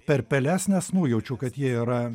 per peles nes nujaučiau kad jie yra